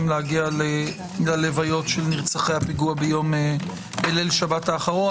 להגיע ללוויות של נרצחי הפיגוע בליל שבת האחרון.